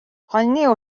хонины